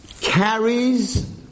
carries